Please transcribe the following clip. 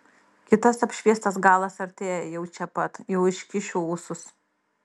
kitas apšviestas galas artėja jau čia pat jau iškišiu ūsus